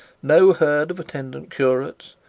no herd of attendant curates,